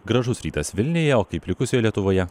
gražus rytas vilniuje o kaip likusioje lietuvoje